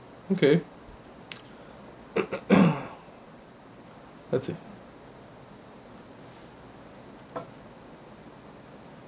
okay that's it